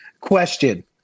Question